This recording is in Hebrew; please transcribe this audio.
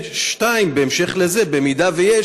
ובהמשך לזה, אם יש,